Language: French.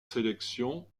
sélection